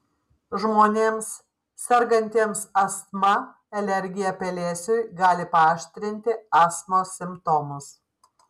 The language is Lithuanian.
žmonėms sergantiems astma alergija pelėsiui gali paaštrinti astmos simptomus